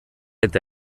eta